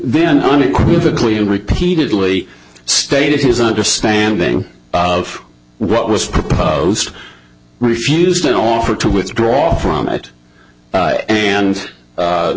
then unequivocally and repeatedly stated his understanding of what was proposed refused an offer to withdraw from it and